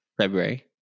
february